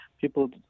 People